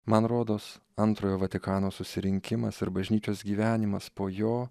man rodos antrojo vatikano susirinkimas ir bažnyčios gyvenimas po jo